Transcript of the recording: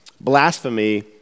Blasphemy